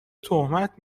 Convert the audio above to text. تهمت